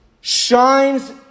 shines